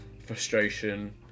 frustration